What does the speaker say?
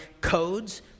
codes